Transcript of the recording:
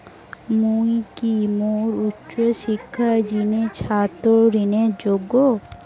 মুই কি মোর উচ্চ শিক্ষার জিনে ছাত্র ঋণের যোগ্য?